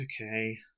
okay